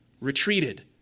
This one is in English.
retreated